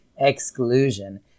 Exclusion